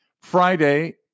Friday